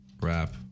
rap